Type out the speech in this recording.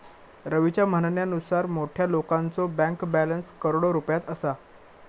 रवीच्या म्हणण्यानुसार मोठ्या लोकांचो बँक बॅलन्स करोडो रुपयात असा